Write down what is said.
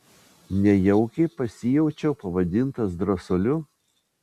nejaukiai pasijaučiau pavadintas drąsuoliu